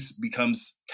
becomes